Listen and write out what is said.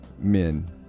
men